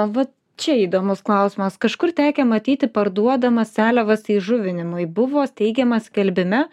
vat čia įdomus klausimas kažkur tekę matyti parduodamas seliavas įžuvinimui buvo teigiama skelbime